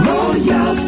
Royal